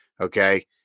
okay